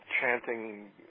chanting